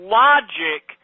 logic